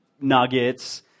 nuggets